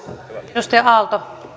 arvoisa